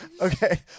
Okay